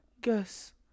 Guess